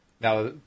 Now